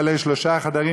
בעלי שלושה חדרים,